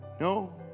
No